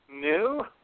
New